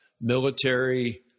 military